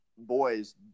boys